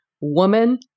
woman